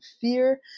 fear